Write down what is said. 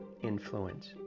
influence